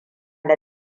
da